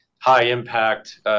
high-impact